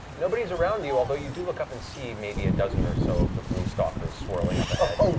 nobody's around you, although you do look up and see maybe a dozen or so of the gloom stalkers, swirling up ahead.